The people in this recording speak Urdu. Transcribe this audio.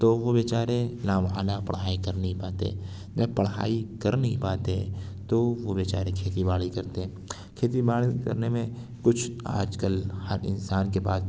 تو وہ بے چارے لا محالہ پڑھائی کر نہیں پاتے جب پڑھائی کر نہیں پاتے تو وہ بے چارے کھیتی باڑی کرتے ہیں کھیتی باڑی کرنے میں کچھ آج کل ہر انسان کے پاس